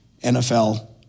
NFL